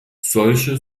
solche